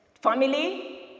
Family